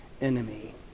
enemy